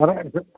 sir